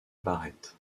barrett